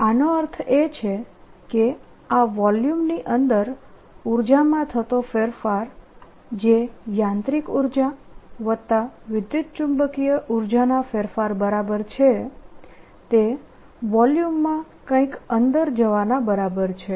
આનો અર્થ એ છે કે આ વોલ્યુમની અંદર ઉર્જામાં થતો ફેરફાર જે યાંત્રિક ઉર્જા વત્તા વિદ્યુતચુંબકીય ઉર્જાના ફેરફાર બરાબર છે તે વોલ્યુમમાં કંઈક અંદર જવાના બરાબર છે